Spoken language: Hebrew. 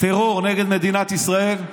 טרור נגד מדינת ישראל.